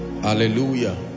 Hallelujah